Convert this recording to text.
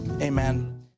amen